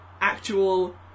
actual